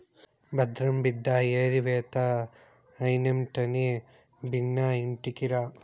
భద్రం బిడ్డా ఏరివేత అయినెంటనే బిన్నా ఇంటికిరా